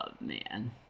man